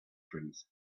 trees